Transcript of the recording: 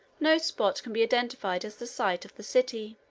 no spot can be identified as the site of the city.